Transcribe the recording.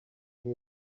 here